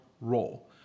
role